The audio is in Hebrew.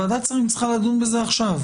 ועדת השרים צריכה לדון בזה עכשיו.